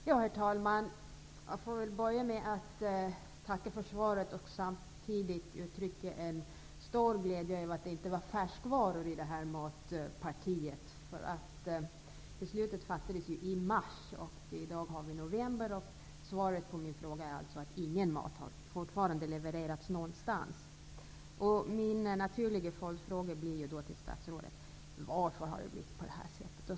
Herr talman! Jag får börja med att tacka för svaret och samtidigt uttrycka en stor glädje över att det inte var färskvaror i matpartiet. Beslutet fattades i mars, och nu är vi i november. Svaret på min fråga är alltså att ingen mat fortfarande har levererats någonstans. Min naturliga följdfråga till statsrådet blir: Varför har det blivit på det här sättet?